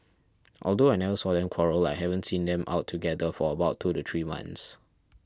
although I never saw them quarrel I haven't seen them out together for about two to three months